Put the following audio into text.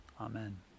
Amen